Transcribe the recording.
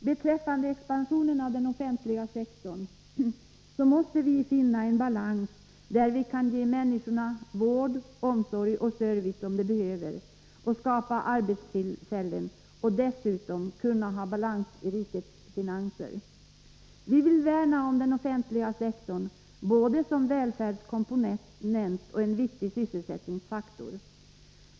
Beträffande expansionen av den offentliga sektorn måste vi finna en balans, där vi kan ge människorna den vård, omsorg och service som de behöver och skapa arbetstillfällen. Vi måste dessutom nå balans i rikets finanser. Vi vill värna om den offentliga sektorn både som välfärdskomponent och en viktig sysselsättningsfaktor.